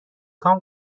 کام